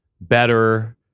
better